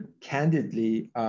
candidly